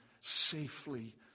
safely